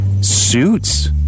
suits